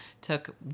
took